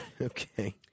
Okay